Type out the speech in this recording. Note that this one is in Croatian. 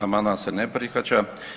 Amandman se ne prihvaća.